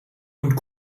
und